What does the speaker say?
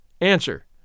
Answer